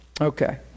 Okay